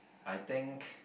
I think